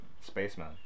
Spaceman